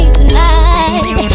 tonight